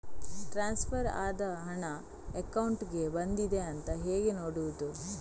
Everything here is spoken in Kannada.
ಟ್ರಾನ್ಸ್ಫರ್ ಆದ ಹಣ ಅಕೌಂಟಿಗೆ ಬಂದಿದೆ ಅಂತ ಹೇಗೆ ನೋಡುವುದು?